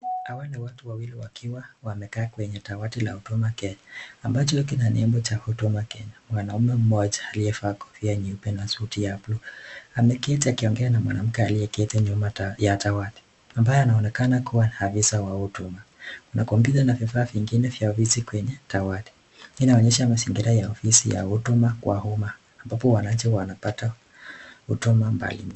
Hawa ni watu wawili wakiwa wamekaa kwenye tawati la huduma Kenya, ambalo lina nembo cha huduma Kenya. Mwanaume mmoja aliyefaa kofia nyeupe na suti ya blue ameketi akiongea na mwanamke aliyeketi nyuma ya tawati, ambaye anaonekana kuwa na afisa wa utumwa. Kuna kompyuta na vifaa vingine vya ofisi kwenye tawati. Hii inaonyesha mazingira ya ofisi ya huduma kwa umma ambapo wananchi huwa wanapata huduma mbalimbali.